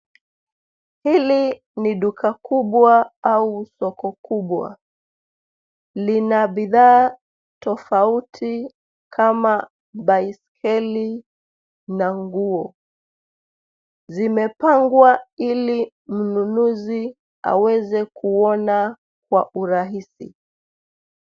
Hili ni duka kubwa au soko kubwa. Lina bidhaa tofauti kama baiskeli na nguo. Zimepangwa ili mnunuzi aweze kuona kwa urahisi.